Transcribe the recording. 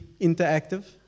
interactive